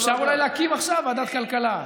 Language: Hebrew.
אפשר אולי עכשיו להקים ועדת כלכלה,